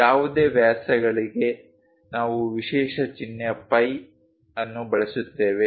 ಯಾವುದೇ ವ್ಯಾಸಗಳಿಗೆ ನಾವು ವಿಶೇಷ ಚಿಹ್ನೆ ಫೈ ಅನ್ನು ಬಳಸುತ್ತೇವೆ